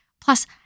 Plus